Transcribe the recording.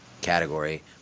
category